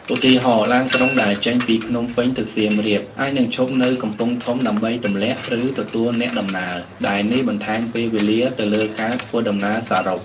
ឧទាហរណ៍ ឡានក្រុងដែលចេញពីភ្នំពេញទៅសៀមរាប អាចនឹងឈប់នៅកំពង់ធំដើម្បីទម្លាក់ ឬទទួលអ្នកដំណើរ ដែលនេះបន្ថែមពេលវេលាទៅលើការធ្វើដំណើរសរុប។